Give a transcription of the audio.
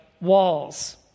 walls